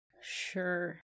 Sure